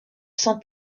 sans